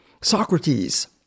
Socrates